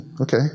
okay